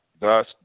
Thus